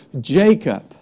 Jacob